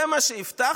זה מה שהבטחתם?